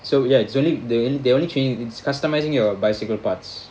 so ya it's really the the only change its customising your bicycle parts